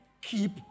keep